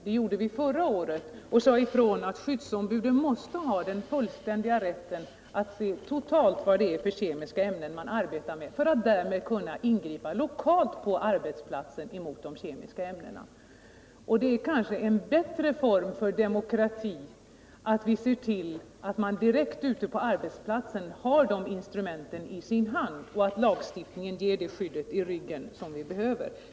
Det gjorde vi förra året, när vi sade ifrån att skyddsombuden måste ha fullständig rätt att se vad det är för kemiska ämnen man arbetar med för att kunna ingripa lokalt på arbetsplatsen mot kemiska ämnen. Det är kanske en bättre form för demokrati att vi ser till att man direkt ute på arbetsplatsen har dessa instrument i sin hand och att lagstiftningen ger det skydd som vi behöver.